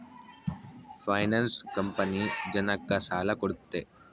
finance company ಜನಕ್ಕ ಸಾಲ ಕೊಡುತ್ತೆ